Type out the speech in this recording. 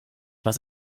was